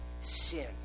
sin